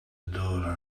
door